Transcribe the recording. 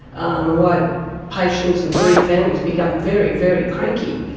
um why patients and bereaved families become very, very cranky.